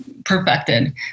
perfected